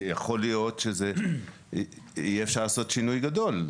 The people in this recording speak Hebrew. יכול להיות שיהיה אפשר לעשות שינוי גדול,